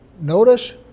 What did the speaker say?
Notice